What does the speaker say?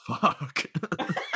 fuck